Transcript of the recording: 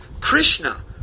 Krishna